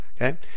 Okay